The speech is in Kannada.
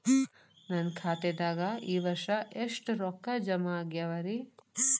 ನನ್ನ ಖಾತೆದಾಗ ಈ ವರ್ಷ ಎಷ್ಟು ರೊಕ್ಕ ಜಮಾ ಆಗ್ಯಾವರಿ?